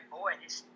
boys